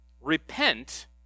repent